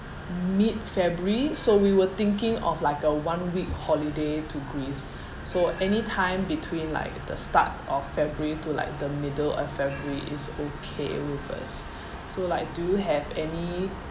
mid february so we were thinking of like a one week holiday to greece so anytime between like the start of february to like the middle of february is okay with us so like do you have any